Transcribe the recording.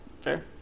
Fair